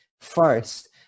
first